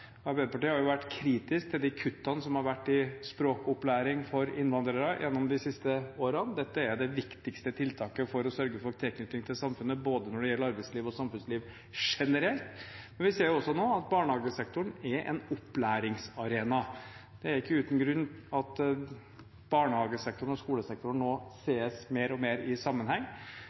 Arbeiderpartiet har jo vært kritisk til de kuttene som har vært i språkopplæring for innvandrere gjennom de siste årene. Dette er det viktigste tiltaket for å sørge for tilknytning til samfunnet, når det gjelder både arbeidsliv og samfunnsliv generelt. Vi ser også nå at barnehagesektoren er en opplæringsarena. Det er ikke uten grunn at barnehagesektoren og skolesektoren nå ses mer og mer i sammenheng,